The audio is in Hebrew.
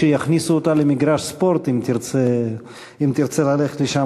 שיכניסו אותה למגרש ספורט אם תרצה ללכת לשם.